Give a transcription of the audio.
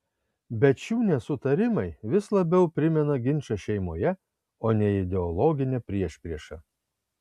bet šių nesutarimai vis labiau primena ginčą šeimoje o ne ideologinę priešpriešą